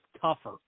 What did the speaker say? tougher